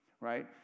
right